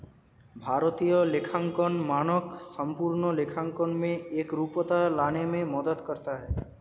भारतीय लेखांकन मानक संपूर्ण लेखांकन में एकरूपता लाने में मदद करता है